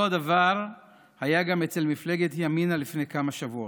אותו הדבר היה גם במפלגת ימינה לפני כמה שבועות.